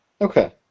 Okay